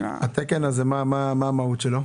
מה המהות של התקן הזה?